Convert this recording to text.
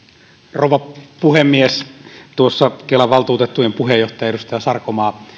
rouva puhemies kelan valtuutettujen puheenjohtaja edustaja sarkomaa